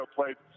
played